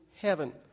heaven